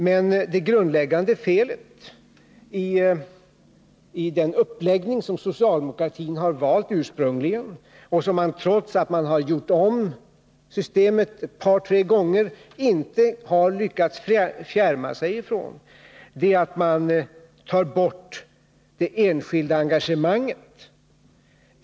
Men det grundläggande felet i den uppläggning som socialdemokratin ursprungligen valt och som socialdemokratin, trots att systemet gjorts om ett par tre gånger, håller fast vid är att man tar bort det enskilda engagemanget.